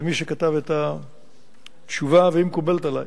למי שכתב את התשובה, והיא מקובלת עלי.